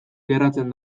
geratzen